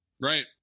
right